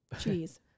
cheese